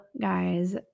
guys